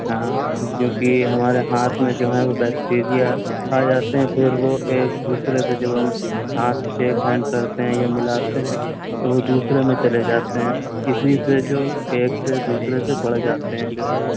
ہاں اس کیوں کہ ہمارے ہاتھ میں جو ہیں وہ بیکٹیریا آ جاتے ہیں پھر وہ ایک دوسرے سے جب ہم ہاتھ شیک ہینڈ کرتے ہیں یا ملاتے ہیں تو وہ دوسرے میں چلے جاتے ہیں اسی سے جو ایک سے دوسرے سے بڑھ جاتے ہیں پھر وہ